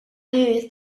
knew